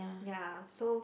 ya so